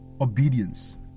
obedience